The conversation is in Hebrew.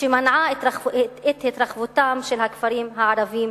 שמנעה את התרחבותם של הכפרים הערביים